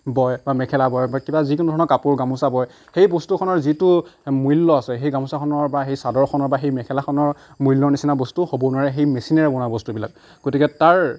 বয় বা মেখেলা বয় বা কিবা যিকোনো ধৰণৰ কাপোৰ গামোচা বয় সেই বস্তুখনৰ যিটো মূল্য আছে সেই গামোচাখনৰ বা সেই চাদৰখনৰ বা সেই মেখেলাখনৰ মূল্যৰ নিচিনা বস্তু হ'বও নোৱাৰে সেই মেচিনেৰে বনোৱা বস্তুবিলাক গতিকে তাৰ